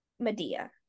medea